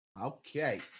Okay